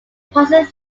passes